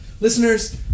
Listeners